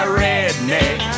redneck